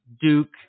Duke